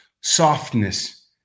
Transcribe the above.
softness